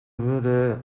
würde